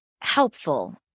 helpful